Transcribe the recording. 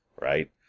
right